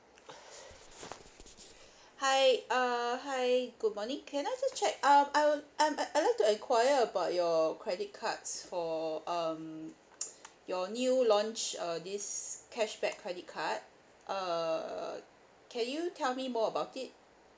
hi err hi good morning can I just check uh I'm I'm um I'll like to enquire about your credit cards for um your new launch uh this cashback credit card err can you tell me more about it